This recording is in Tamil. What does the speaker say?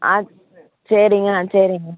அத் சரிங்க சரிங்க